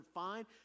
fine